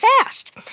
fast